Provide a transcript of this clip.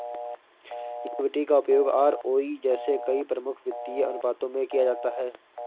equity का उपयोग ROE जैसे कई प्रमुख वित्तीय अनुपातों में किया जाता है